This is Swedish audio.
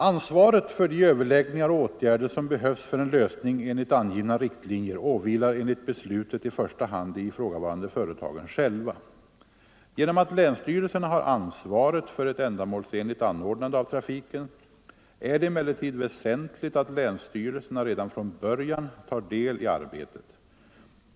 Ansvaret för de överläggningar och åtgärder som behövs för en lösning enligt angivna riktlinjer åvilar enligt beslutet i första hand de ifrågavarande företagen själva. Genom att länsstyrelserna har ansvaret för ett ändamålsenligt anordnande av trafiken är det emellertid väsentligt att länsstyrelserna redan från början tar del i arbetet.